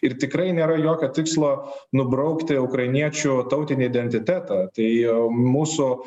ir tikrai nėra jokio tikslo nubraukti ukrainiečių tautinį identitetą tai mūsų